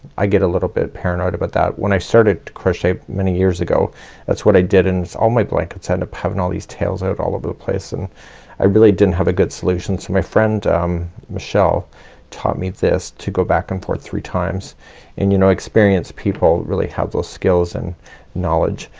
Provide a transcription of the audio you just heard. i get a little bit paranoid about that. when i started to crochet many years ago that's what i did and all my blankets end up having all these tails out all over the place and i really didn't have a good solution. so my friend michelle taught me this to go back and forth three times and you know experienced people really have those skills and knowledge.